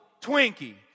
Twinkie